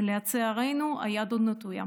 ולצערנו היד עוד נטויה.